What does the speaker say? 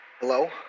Hello